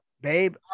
babe